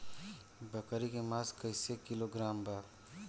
बकरी के मांस कईसे किलोग्राम बा?